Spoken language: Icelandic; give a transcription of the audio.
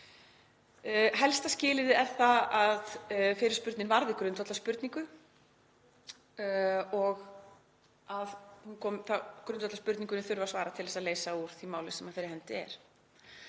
Helsta skilyrði er að fyrirspurnin varði grundvallarspurningu og að grundvallarspurningunni þurfi að svara til þess að leysa úr því máli sem fyrir hendi er.